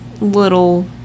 little